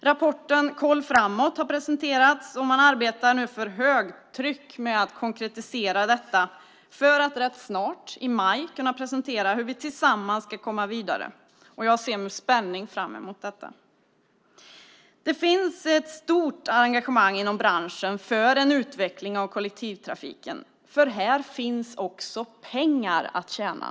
Rapporten Koll framåt har presenterats och man arbetar nu för högtryck med att konkretisera detta för att i maj kunna presentera hur vi tillsammans ska komma vidare. Jag ser med spänning fram emot detta. Det finns ett stort engagemang inom branschen för en utveckling av kollektivtrafiken, för här finns också pengar att tjäna.